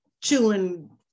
chewing